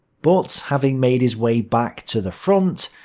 but having made his way back to the front,